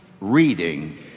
reading